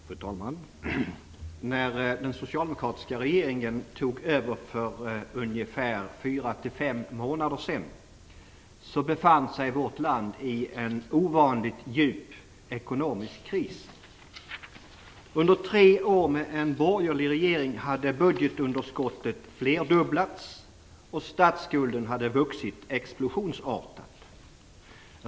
Fru talman! När den socialdemokratiska regeringen tog över för 4-5 månader sedan befann sig vårt land i en ovanligt djup ekonomisk kris. Under tre år med en borgerlig regeringen hade budgetunderskottet flerdubblats, och statsskulden hade vuxit explosionsartat.